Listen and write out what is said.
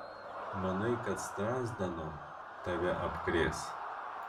manai kad strazdanom tave apkrės